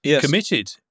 committed